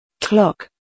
Clock